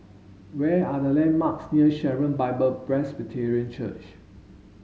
where are the landmarks near Sharon Bible Presbyterian Church